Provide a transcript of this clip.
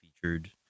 featured